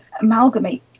amalgamate